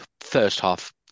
first-half